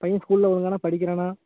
பையன் ஸ்கூல்ல ஒழுங்கானா படிக்கிறானா